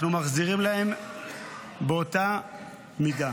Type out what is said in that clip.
אנחנו מחזירים להם באותה מידה.